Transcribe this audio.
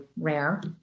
rare